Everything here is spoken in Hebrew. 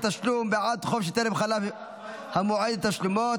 תשלום בעד חוב שטרם חלף המועד לתשלומו),